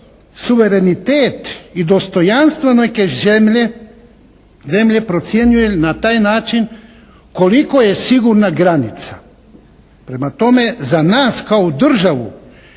suverenitet i dostojanstvo neke zemlje procjenjuje na taj način koliko je sigurna granica. Prema tome za nas kao državu